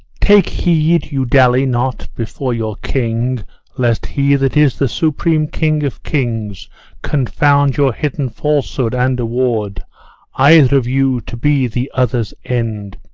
take heed you dally not before your king lest he that is the supreme king of kings confound your hidden falsehood, and award either of you to be the other's end.